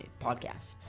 podcast